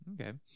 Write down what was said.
Okay